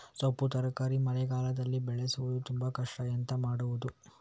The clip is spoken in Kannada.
ಸೊಪ್ಪು ತರಕಾರಿ ಮಳೆಗಾಲದಲ್ಲಿ ಬೆಳೆಸುವುದು ತುಂಬಾ ಕಷ್ಟ ಎಂತ ಮಾಡಬಹುದು?